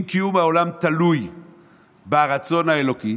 אם קיום העולם תלוי ברצון האלוקי,